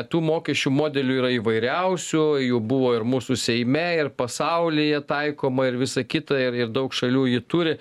tų mokesčių modelių yra įvairiausių jų buvo ir mūsų seime ir pasaulyje taikoma ir visa kita ir ir daug šalių jį turi